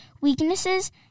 weaknesses